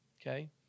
Okay